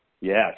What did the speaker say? Yes